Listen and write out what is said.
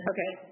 Okay